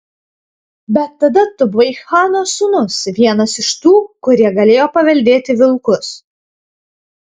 bet tada tu buvai chano sūnus vienas iš tų kurie galėjo paveldėti vilkus